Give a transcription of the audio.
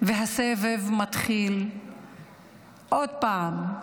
והסבב מתחיל עוד פעם,